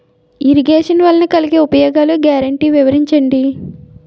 Irrigation వలన కలిగే ఉపయోగాలు గ్యారంటీ వివరించండి?